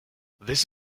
this